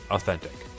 Authentic